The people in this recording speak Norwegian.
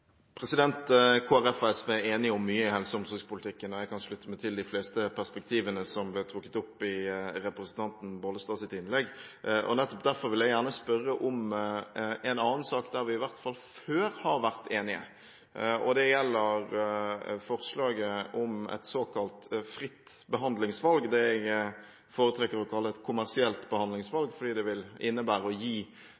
om mye i helse- og omsorgspolitikken, og jeg kan slutte meg til de fleste perspektivene som ble trukket opp i representanten Bollestads innlegg. Nettopp derfor vil jeg gjerne spørre om en annen sak, der vi i hvert fall før har vært enige. Det gjelder forslaget om et såkalt fritt behandlingsvalg – det jeg foretrekker å kalle et kommersielt